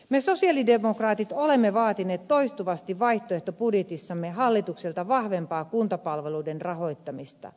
me sosialidemokraatit olemme vaatineet toistuvasti vaihtoehtobudjetissamme hallitukselta vahvempaa kuntapalveluiden rahoittamista